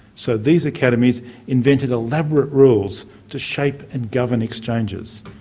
so these academies invented elaborate rules to shape and govern exchanges.